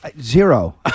Zero